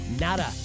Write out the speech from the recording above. nada